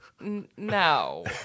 No